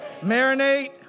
Marinate